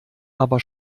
aber